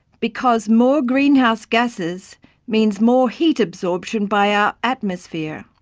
because more greenhouse gases means more heat absorption by our atmosphere,